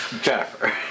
Jennifer